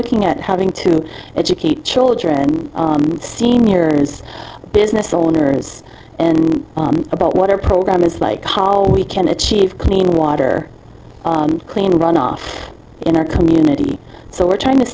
looking at having to educate children senior business owners about what our program is like how we can achieve clean water clean runoff in our community so we're trying to